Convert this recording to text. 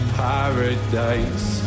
paradise